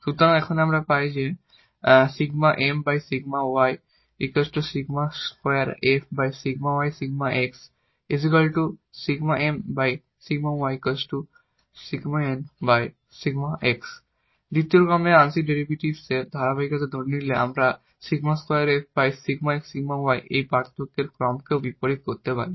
সুতরাং এখন আমরা পাই যে দ্বিতীয় ক্রমের আংশিক ডেরিভেটিভের ধারাবাহিকতা ধরে নিলে আমরা এই পার্থক্যটির ক্রমকেও বিপরীত করতে পারি